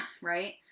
Right